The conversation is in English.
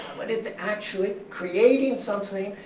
but it's actually creating something,